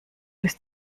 bis